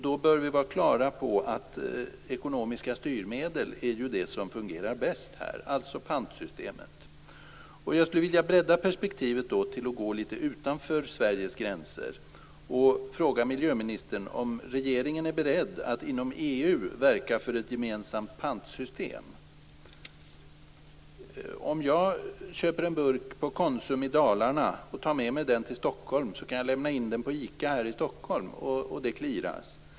Då bör vi vara klara över att ekonomiska styrmedel är det som fungerar bäst här, alltså pantsystemet. Jag skulle vilja utvidga perspektivet, gå litet utanför Sveriges gränser, och fråga miljöministern om regeringen är beredd att inom EU verka för ett gemensamt pantsystem. Om jag köper en burk i en Konsumaffär i Dalarna och tar med mig burken hit till Stockholm kan jag lämna in den i en ICA-affär här och det "clearas".